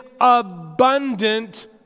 abundant